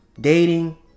dating